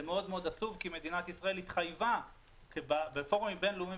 זה עצוב מאוד כי מדינת ישראל תחייבה בפורומים בינלאומיים